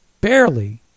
barely